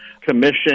commission